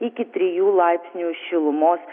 iki trijų laipsnių šilumos